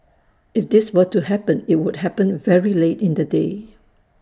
if this were to happen IT would happen very late in the day